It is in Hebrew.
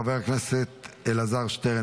חבר הכנסת אלעזר שטרן,